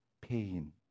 pain